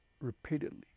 repeatedly